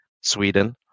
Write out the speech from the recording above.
Sweden